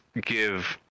give